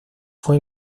fue